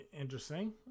Interesting